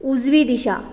उजवी दिशा